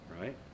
right